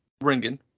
ringing